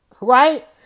right